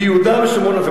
הרס ביהודה ושומרון.